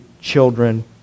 children